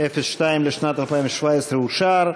02 לשנת 2017 אושר.